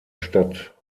stadt